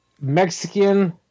Mexican